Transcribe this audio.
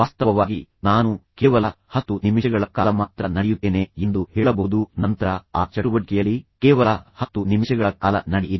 ವಾಸ್ತವವಾಗಿ ನಾನು ಕೇವಲ 10 ನಿಮಿಷಗಳ ಕಾಲ ಮಾತ್ರ ನಡೆಯುತ್ತೇನೆ ಎಂದು ಹೇಳಬಹುದು ನಂತರ ಆ ಚಟುವಟಿಕೆಯಲ್ಲಿ ಕೇವಲ 10 ನಿಮಿಷಗಳ ಕಾಲ ನಡೆಯಿರಿ